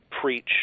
preach